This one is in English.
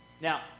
Now